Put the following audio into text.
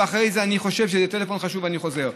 ואז אני חושב שזה טלפון חשוב ואני חוזר.